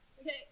Okay